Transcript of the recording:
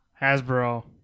Hasbro